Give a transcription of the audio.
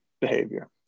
behavior